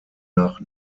nach